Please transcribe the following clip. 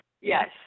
Yes